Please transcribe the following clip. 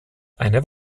eine